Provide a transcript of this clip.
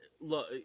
look